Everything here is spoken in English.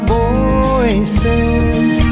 voices